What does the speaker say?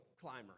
climber